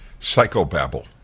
psychobabble